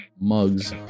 mugs